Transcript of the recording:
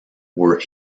were